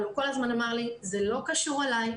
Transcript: אבל הוא כל הזמן אמר לי 'זה לא קשור אלי,